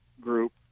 Group